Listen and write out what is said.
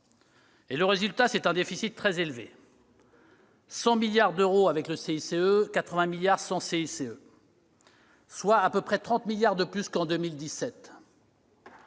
Le résultat, c'est un déficit très élevé : 100 milliards d'euros avec le CICE, 80 milliards d'euros sans le CICE, soit à peu près 30 milliards d'euros de plus qu'en 2017.